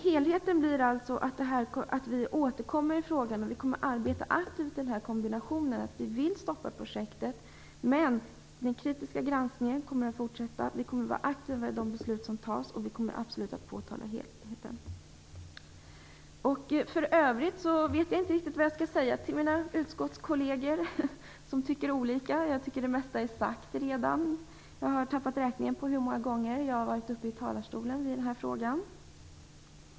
Helheten blir att vi återkommer i frågan, och vi kommer att arbeta aktivt i kombinationen att vi vill stoppa projektet, men att den kritiska granskningen kommer att fortsätta. Vi kommer att vara aktiva i de beslut som fattas, och vi kommer absolut att påtala helheten. För övrigt vet jag inte riktigt vad jag skall säga till mina utskottskolleger som har en annan uppfattning. Jag tycker att det mesta redan är sagt. Jag har tappat räkningen på hur många gånger jag har varit uppe i talarstolen i den här frågan.